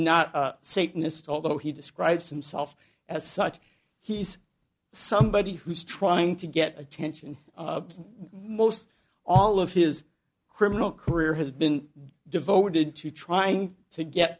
satanist although he describes himself as such he's somebody who's trying to get attention most all of his criminal career has been devoted to trying to get